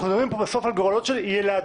אנחנו מדברים פה בסוף על גורלות של ילדים,